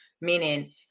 meaning